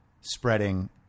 spreading